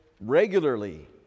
regularly